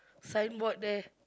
signboard there